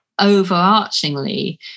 overarchingly